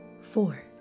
four